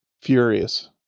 furious